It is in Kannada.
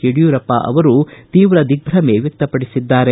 ಯಡಿಯೂರಪ್ಪ ಅವರು ತೀವ್ರ ದಿಗ್ನಮೆ ವ್ವಕ್ತಪಡಿಸಿದ್ದಾರೆ